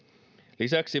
lisäksi